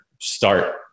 Start